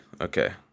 okay